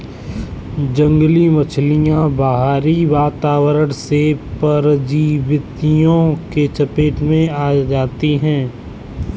जंगली मछलियाँ बाहरी वातावरण से परजीवियों की चपेट में आ जाती हैं